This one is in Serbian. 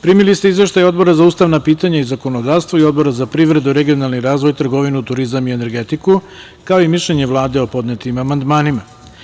Primili ste izveštaje Odbora za ustavna pitanja i zakonodavstvo i Odbora za privredu, regionalni razvoj, trgovinu, turizam i energetiku, kao i mišljenje Vlade o podnetim amandmanima.